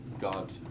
God